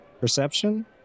perception